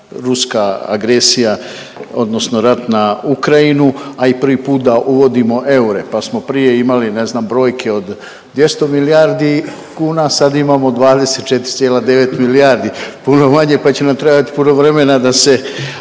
ruska agresija odnosno rat na Ukrajinu, a i prvi put da uvodimo eure, pa smo prije imali ne znam brojke od 200 milijardi kuna, sad imamo 24,9 milijardi. Puno manje pa će nam trebati puno vremena da se,